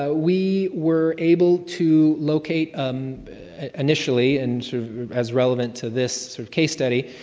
ah we were able to locate um initially, and as relevant to this sort of case study,